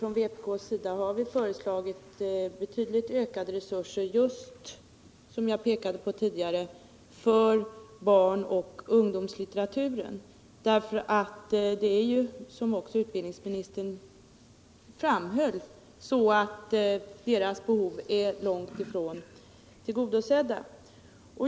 Från vpk:s sida har vi föreslagit betydligt ökade resurser för — som jag tidigare pekade på —-just barn och ungdomslitteraturen. Som också utbildningsministern framhöll är deras behov långt ifrån tillgodosedda.